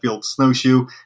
snowshoe